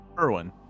Erwin